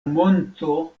monto